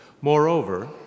Moreover